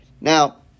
Now